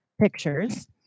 pictures